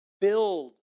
build